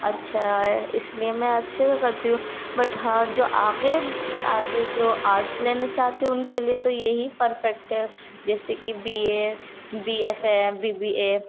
اچّھا ہے اس لیے میں اچّھے سے کرتی ہوں بٹ ہاں جو آگے آگے جو آرٹس لینا چاہتے ہیں ان کے لیے تو یہی پرفکٹ ہے جیسے کہ B A B F A B B a